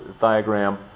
diagram